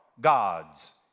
God's